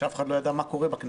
שאף אחד לא ידע מה קורה בכנסת,